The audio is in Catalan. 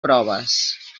proves